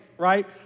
right